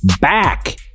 back